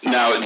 Now